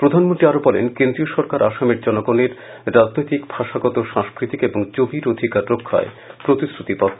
প্রধানমন্ত্রী আরো বলেন কেন্দ্রীয় সরকার আসামের জনগণের রাজনৈতিক ভাষাগত সাংস্কৃতিক এবং জমির অধিকার রক্ষায় প্রতিশ্রুতিবদ্ধ